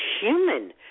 human